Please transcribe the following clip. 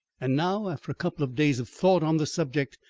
and now, after a couple of days of thought on the subject,